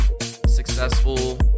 successful